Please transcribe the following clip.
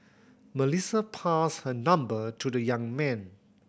Melissa passed her number to the young man